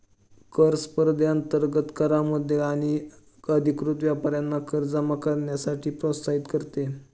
कर स्पर्धेअंतर्गत करामध्ये कमी अधिकृत व्यापाऱ्यांना कर जमा करण्यासाठी प्रोत्साहित करते